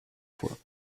fois